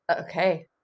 Okay